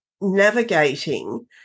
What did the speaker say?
navigating